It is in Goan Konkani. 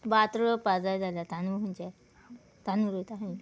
भात रोंवपाक जाय जाल्यार तांदूळ खंयचे तांदूळ रोयता खंय